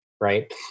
right